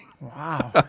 Wow